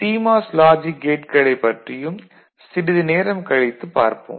CMOS logic கேட்களைப் பற்றியும் சிறிது நேரம் கழித்துப் பார்ப்போம்